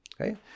okay